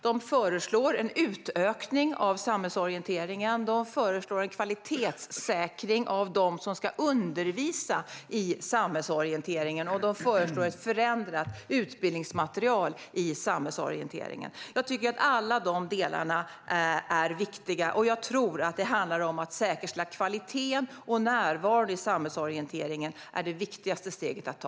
De föreslår en utökning av samhällsorienteringen. De föreslår också en kvalitetssäkring av dem som ska undervisa i samhällsorienteringen, och de föreslår ett förändrat utbildningsmaterial i samhällsorienteringen. Jag tycker att alla dessa delar är viktiga. Jag tror att det handlar om att säkerställa kvaliteten och om närvaron i samhällsorienteringen. Det är det viktigaste steget att ta.